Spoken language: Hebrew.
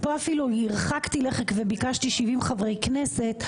פה אפילו הרחקתי לכת וביקשתי 70 חברי כנסת,